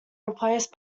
replaced